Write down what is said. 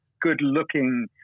good-looking